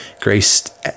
grace